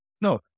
No